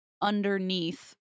underneath